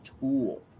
tool